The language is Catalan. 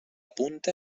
punta